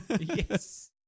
Yes